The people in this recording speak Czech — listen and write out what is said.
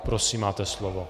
Prosím, máte slovo.